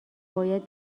باید